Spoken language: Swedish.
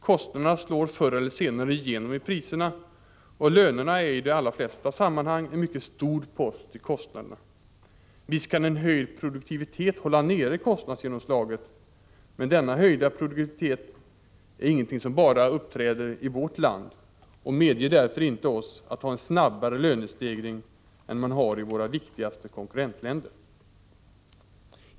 Kostnader slår förr eller senare igenom i priserna, och lönerna är i de allra flesta sammanhang en mycket stor post i kostnaderna. Visst kan en höjd produktivitet hålla nere kostnadsgenomslaget, men denna höjda produktivitet är ingenting som uppträder bara i vårt land och medger därför inte oss att ha en snabbare lönestegring än man har i våra viktigaste konkurrentländer.